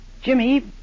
Jimmy